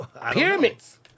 Pyramids